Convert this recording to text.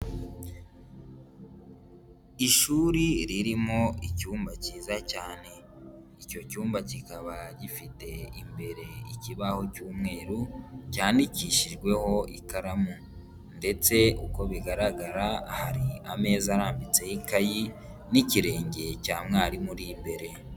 Ishuri ririmo icyumba kiza cyane icyo cyumba kikaba gifite imbere ikibaho cy'umweru, cyandikishijweho ikaramu ndetse uko bigaragara hari ameza arambitseho ikayi n'ikirenge cya mwarimu uri imbere.